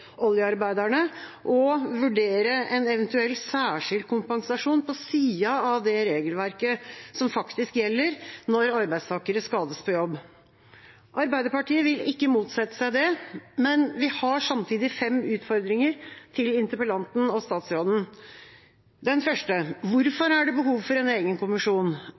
og vurdere en eventuell særskilt kompensasjon på siden av det regelverket som faktisk gjelder når arbeidstakere skades på jobb. Arbeiderpartiet vil ikke motsette seg det, men vi har samtidig fem utfordringer til interpellanten og statsråden: Hvorfor er det behov for en egen kommisjon?